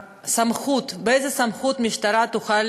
הסמכות, באיזו סמכות המשטרה תוכל